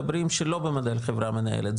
שאין עדיין חברה מנהלת.